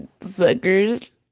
Suckers